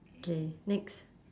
okay next